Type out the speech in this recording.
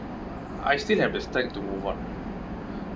I still have the strength to move on